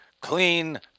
clean